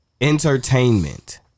Entertainment